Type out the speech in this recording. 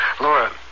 Laura